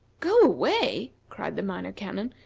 go away! cried the minor canon,